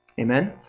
Amen